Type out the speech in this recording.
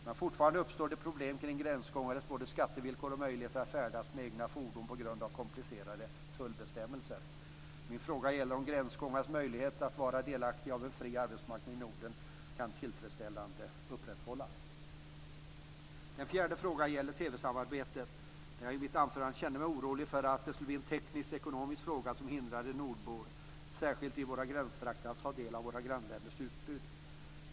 Men fortfarande uppstår det problem kring gränsgångares både skattevillkor och möjligheter att färdas med egna fordon på grund av komplicerade tullbestämmelser. Min fråga gäller om gränsgångares möjligheter att vara delaktiga i en fri arbetsmarknad i Norden kan upprätthållas tillfredsställande. Den fjärde frågan gäller TV-samarbetet. Jag kände mig i mitt anförande orolig för att det skulle bli en teknisk-ekonomisk fråga som hindrade nordbor, särskilt i våra gränstrakter, att ta del av våra grannländers utbud.